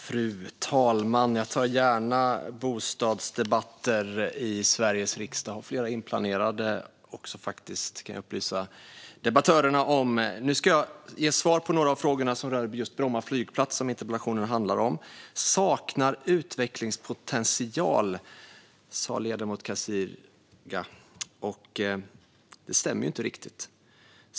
Fru talman! Jag tar gärna bostadsdebatter i Sveriges riksdag. Jag har flera inplanerade, kan jag upplysa debattörerna om. Nu ska jag ge svar på några av frågorna som rör just Bromma flygplats, som interpellationen handlar om. Flygplatsen saknar utvecklingspotential, sa ledamoten Kasirga. Det stämmer inte riktigt.